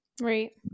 Right